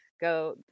Go